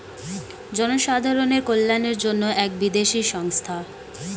জনসাধারণের কল্যাণের জন্য এক বিদেশি সংস্থা